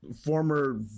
former